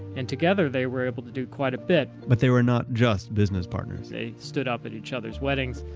and together they were able to do quite a bit. but they were not just business partners. they stood up at each other's weddings.